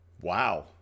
Wow